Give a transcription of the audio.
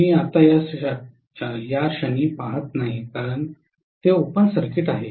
मी आत्ता याक्षणी पाहत नाही कारण ते ओपन सर्किट आहे